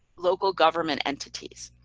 local government entities.